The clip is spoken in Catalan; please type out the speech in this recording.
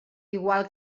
igual